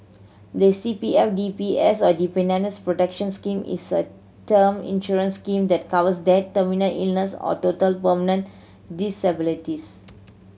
the C P F D P S or Dependants' Protection Scheme is a term insurance scheme that covers death terminal illness or total permanent disabilities